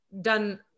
done